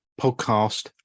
podcast